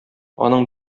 аның